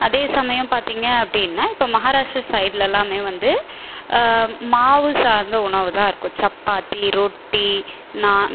அதே சமயம் பார்த்திங்க அப்படின்னா இப்போ மஹாராஷ்ட்ரா சைடுலலாமே வந்து மாவு சார்ந்த உணவு தான் இருக்கும் சப்பாத்தி ரொட்டி நாண்